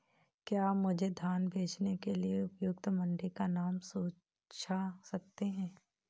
क्या आप मुझे धान बेचने के लिए उपयुक्त मंडी का नाम सूझा सकते हैं?